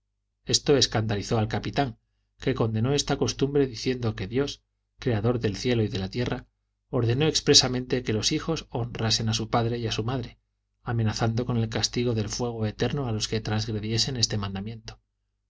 esto escandalizó al capitán que condenó esta costumbre diciendo que dios creador del cielo y de la tierra ordenó expresamente que los hijos honrasen a su padre y a su madre amenazando con el castigo del fuego eterno a los que transgrediesen este mandamiento y